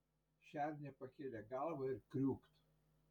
šernė pakėlė galvą ir kriūkt